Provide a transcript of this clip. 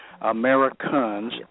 Americans